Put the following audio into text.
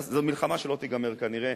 זו מלחמה שלא תיגמר כנראה,